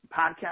podcast